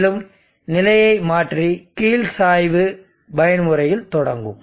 மேலும் நிலையை மாற்றி கீழ் சாய்வு பயன்முறையில் தொடங்கும்